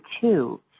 two